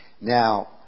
Now